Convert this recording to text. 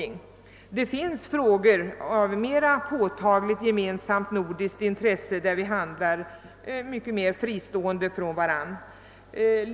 I andra frågor av mera påtagligt, gemensamt nordiskt intresse handlar vi mycket mera fristående från varandra.